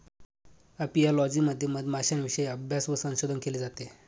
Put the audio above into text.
apiology मध्ये मधमाश्यांविषयी अभ्यास व संशोधन केले जाते